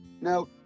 Now